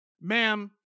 Ma'am